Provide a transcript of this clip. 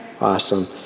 Awesome